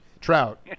Trout